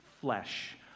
flesh